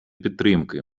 підтримки